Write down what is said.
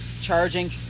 charging